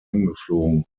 angeflogen